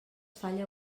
falla